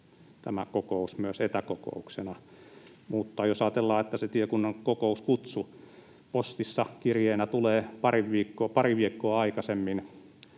järjestäminen myös etäkokouksena, mutta jos ajatellaan, että se tiekunnan kokouskutsu tulee pari viikkoa aikaisemmin